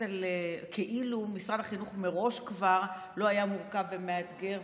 כאילו משרד החינוך כבר מראש לא היה מורכב ומאתגר,